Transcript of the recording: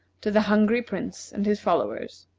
to the hungry prince and his followers.